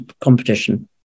competition